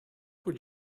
would